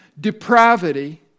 depravity